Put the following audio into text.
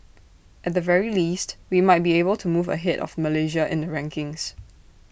at the very least we might be able to move ahead of Malaysia in the rankings